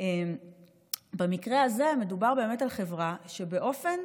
במקרה הזה מדובר על חברה שבאופן